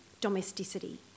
domesticity